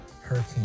Hurricane